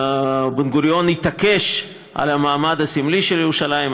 בן-גוריון התעקש על המעמד הסמלי של ירושלים.